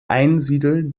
einsiedel